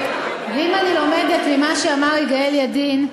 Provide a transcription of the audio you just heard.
ואם אני לומדת ממה שאמר יגאל ידין,